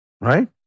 right